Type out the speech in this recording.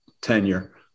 tenure